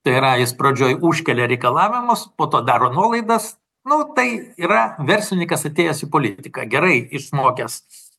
tai yra jis pradžioj užkelia reikalavimus po to daro nuolaidas nu tai yra verslininkas atėjęs į politiką gerai išmokęs